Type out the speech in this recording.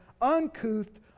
uncouth